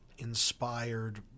inspired